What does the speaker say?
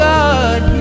God